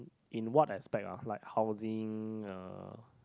in what aspect ah like housing uh